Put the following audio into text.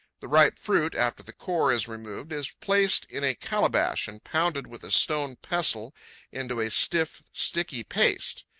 the ripe fruit, after the core is removed, is placed in a calabash and pounded with a stone pestle into a stiff, sticky paste.